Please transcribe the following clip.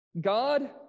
God